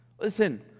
Listen